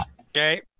Okay